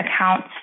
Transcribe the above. accounts